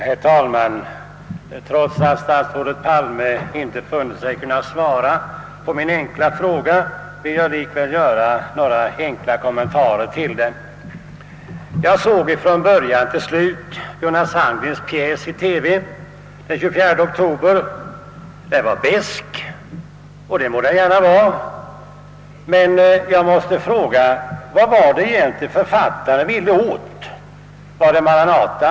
Herr talman! Trots att statsrådet Palme inte funnit sig kunna svara på min enkla fråga vill jag likväl göra några enkla kommentarer till den. Jag såg från början till slut Gunnar Sandgrens pjäs i TV den 24 oktober. Den var besk, det må den gärna vara, men jag måste fråga: Vad var det egentligen författaren ville åt? Var det Maranata?